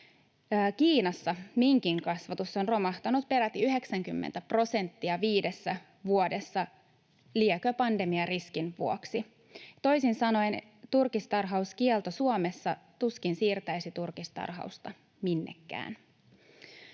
Kiinassa minkinkasvatus on romahtanut peräti 90 prosenttia viidessä vuodessa, liekö pandemiariskin vuoksi. Toisin sanoen turkistarhauskielto Suomessa tuskin siirtäisi turkistarhausta minnekään.